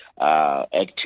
active